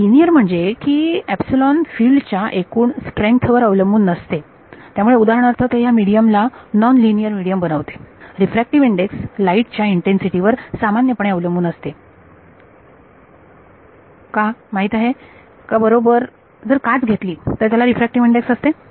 तर लिनिअर म्हणजे की एपसीलोन फिल्ड च्या एकूणच सामर्थ्यावर अवलंबून नसते त्यामुळे उदाहरणार्थ ते ह्या मिडीयम ला नॉन लिनियर मीडियम बनवते रिफ्रॅक्टिव इंडेक्स लाईट च्या इन्टेन्सिटी वर सामान्यपणे अवलंबून असते का माहित आहे का बरोबर जर काच घेतली तर त्याला रिफ्रॅक्टिव इंडेक्स असते